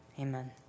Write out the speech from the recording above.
amen